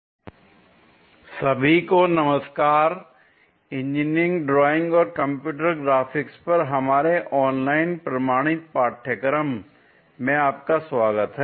orthographic projection I part 6 सभी को नमस्कार l इंजीनियरिंग ड्राइंग और कंप्यूटर ग्राफिक्स पर हमारे ऑनलाइन प्रमाणित पाठ्यक्रम में आपका स्वागत है